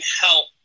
help